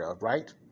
right